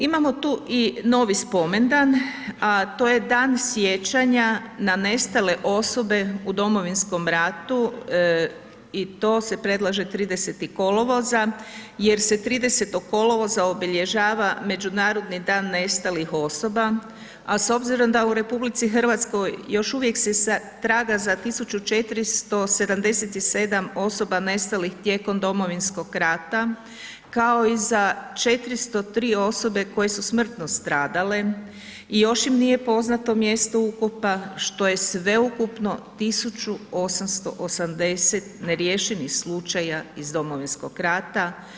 Imamo tu i novi spomendan, a to je Dan sjećanja na nestale osobe u Domovinskom ratu i to se predlaže 30. kolovoza jer se 30. kolovoza obilježava Međunarodni dan nestalih osoba, a s obzirom da u RH još uvijek se traga za 1477 osoba nestalih tijekom Domovinskog rata, kao i za 403 osobe koje su smrtno stradale i još im nije poznato mjesto ukopa što je sveukupno 1880 neriješenih slučaja iz Domovinskog rata.